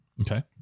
Okay